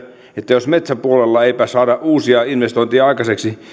että jos metsäpuolella ei saada uusia investointeja aikaiseksi